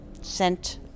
sent